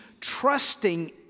trusting